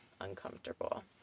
uncomfortable